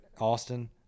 Austin